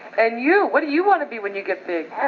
and you, what do you want to be when you get big?